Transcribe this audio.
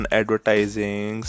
advertising